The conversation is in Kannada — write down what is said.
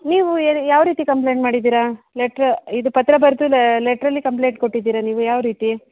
ನೀವು ಯಾವ ರೀತಿ ಕಂಪ್ಲೇಂಟ್ ಮಾಡಿದ್ದೀರ ಲೆಟ್ರ್ ಇದು ಪತ್ರ ಬರೆದು ಲೆ ಲೆಟ್ರಲ್ಲಿ ಕಂಪ್ಲೇಂಟ್ ಕೊಟ್ಟಿದ್ದೀರ ನೀವು ಯಾವ ರೀತಿ